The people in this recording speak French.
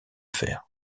fer